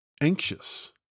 anxious